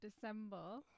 December